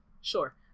sure